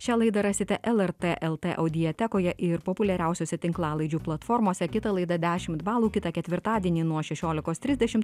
šią laidą rasite lrt el t audiotekoje ir populiariausiose tinklalaidžių platformose kita laida dešimt balų kitą ketvirtadienį nuo šešiolikos trisdešimt